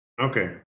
okay